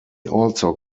also